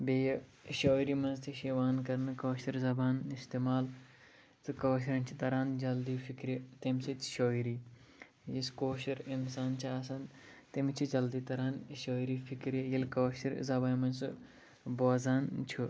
بیٚیہِ شٲعری منٛز تہِ چھِ یِوان کَرنہٕ کٲشِر زبان استعمال تہٕ کٲشریٚن چھِ تَران جلدی فِکرِ تمہِ سۭتۍ شٲعری یُس کٲشُر اِنسان چھُ آسان تٔمِس چھِ جلدی تَران شٲعری فِکرِ ییٚلہِ کٲشِر زبانہِ منٛز سُہ بوزان چھُ